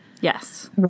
Yes